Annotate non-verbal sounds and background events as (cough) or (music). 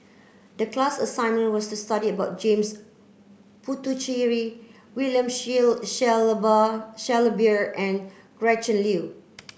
the class assignment was to study about James Puthucheary William (unintelligible) Shellabear and Gretchen Liu